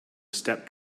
step